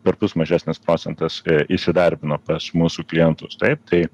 perpus mažesnis procentas įsidarbino pas mūsų klientus taip tai